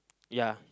ya